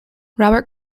robert